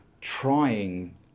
trying